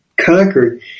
conquered